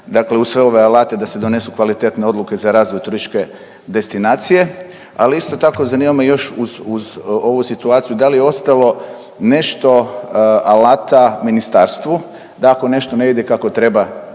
dakle uz sve ove alate da se donesu kvalitetne odluke za razvoj turističke destinacije. Ali isto tako zanima me još uz ovu situaciju da li je ostalo nešto alata ministarstvu da ako nešto ne ide kako treba da